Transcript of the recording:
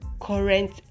current